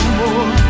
more